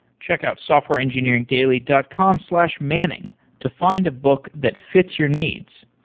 check out softwareengineeringdaily dot com slash manning to find a book that fits your needs.